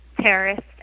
terrorists